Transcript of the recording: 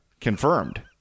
Confirmed